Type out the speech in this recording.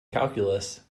calculus